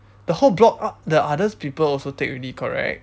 the whole block o~ the other people also take already correct